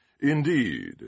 Indeed